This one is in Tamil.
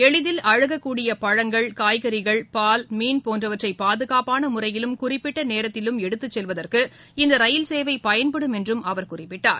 எளிதில் அழுகக்கூடிய பழங்கள் காய்கறிகள் பால் மீன் போன்றவற்றை பாதுகாப்பான முறையிலும் குறிப்பிட்ட நோத்திலும் எடுத்துச் செல்வதற்கு இந்த ரயில் சேவை பயன்படும் என்றும் அவர் குறிப்பிட்டார்